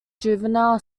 juvenile